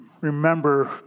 remember